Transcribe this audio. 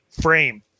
frame